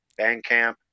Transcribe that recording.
Bandcamp